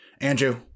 Andrew